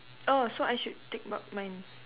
oh so I should take back mine